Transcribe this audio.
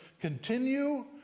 continue